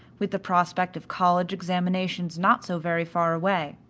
with the prospect of college examinations not so very far away.